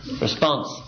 Response